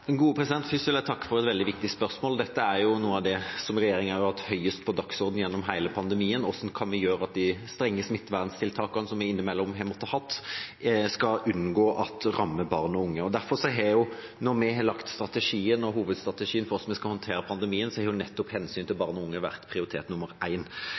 Først vil jeg takke for et veldig viktig spørsmål. Dette er noe av det regjeringa har hatt høyest på dagsordenen gjennom hele pandemien – hvordan kan vi unngå at de strenge smitteverntiltakene som vi innimellom har måttet ha, skal ramme barn og unge? Derfor, når vi har lagt hovedstrategien for hvordan vi skal håndtere pandemien, har nettopp hensynet til barn og unge vært prioritet nummer én. Hvis en